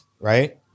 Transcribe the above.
right